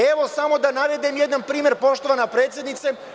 Evo da navedem jedan primer poštovana predsednice.